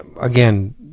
Again